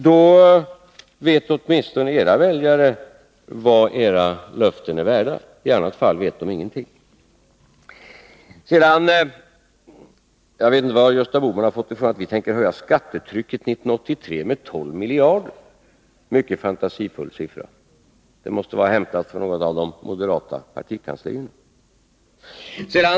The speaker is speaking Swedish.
Då vet åtminstone era väljare vad era löften är värda. I annat fall vet de ingenting. Jag vet inte var Gösta Bohman har fått det ifrån att vi tänker höja skattetrycket 1983 med 12 miljarder. Det är en mycket fantasifull siffra, som måste vara hämtad från något av de moderata partikanslierna.